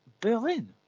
Berlin